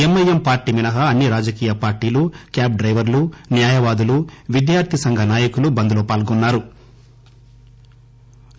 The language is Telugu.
ఎంఐఎం పార్టీ మినహా అన్ని రాజకీయ పార్టీలు క్యాబ్ డైవర్లు న్యాయవాదులు విద్యార్ధి సంఘ నాయకులు బంద్ లో పాల్గొన్సారు